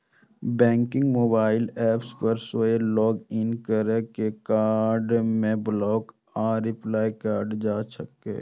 बैंकक mobile app पर सेहो लॉग इन कैर के कार्ड कें ब्लॉक आ रिप्लेस कैल जा सकै छै